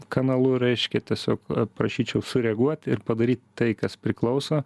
kanalu reiškia tiesiog prašyčiau sureaguot ir padaryt tai kas priklauso